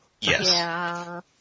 Yes